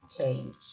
change